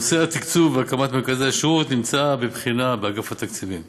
נושא התקצוב והקמת מרכזי השירות נמצא בבחינה באגף התקציבים.